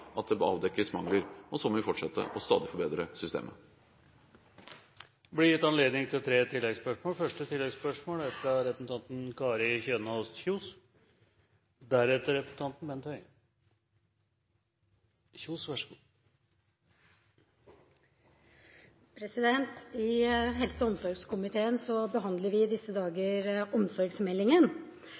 at det blir avdekket mangler. Slik vil vi fortsette og stadig forbedre systemet. Det blir gitt anledning til tre oppfølgingsspørsmål – først Kari Kjønaas Kjos. I helse- og omsorgskomiteen behandler vi i disse dager omsorgsmeldingen. I